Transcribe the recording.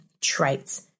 traits